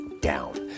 down